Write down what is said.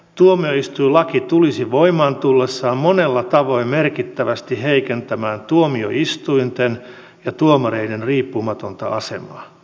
tuomioistuinlaki tulisi voimaan tullessaan monella tavoin merkittävästi heikentämään tuomioistuinten ja tuomareiden riippumatonta asemaa